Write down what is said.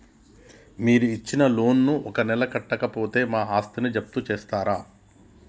మీరు ఇచ్చిన లోన్ ను ఒక నెల కట్టకపోతే మా ఆస్తిని జప్తు చేస్తరా?